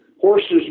horses